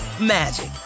magic